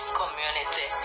community